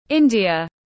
India